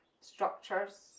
structures